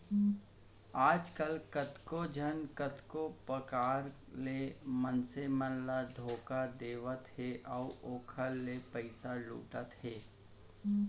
आजकल कतको झन कतको परकार ले मनसे मन ल धोखा देवत हे अउ ओखर ले पइसा लुटत हे